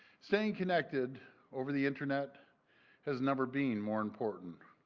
staying connected over the internet has never been more important.